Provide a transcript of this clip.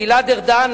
גלעד ארדן,